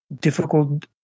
difficult